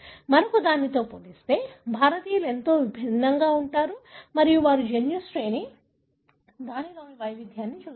మరొకదానితో పోలిస్తే భారతీయులు ఎంత భిన్నంగా ఉంటారు మరియు వారు జన్యు శ్రేణిని దానిలోని వైవిధ్యాన్ని చూశారు